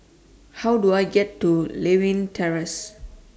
How Do I get to Lewin Terrace